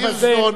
הירשזון,